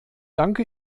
danke